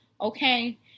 Okay